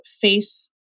face